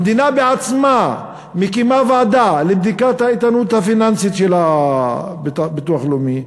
המדינה בעצמה מקימה ועדה לבדיקת האיתנות הפיננסית של הביטוח הלאומי,